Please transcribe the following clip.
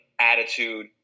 attitude